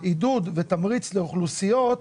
עידוד ותמריץ לאוכלוסיות,